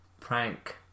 prank